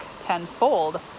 tenfold